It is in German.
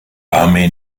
arme